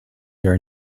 your